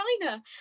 China